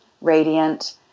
radiant